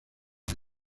año